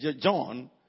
John